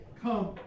come